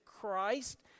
Christ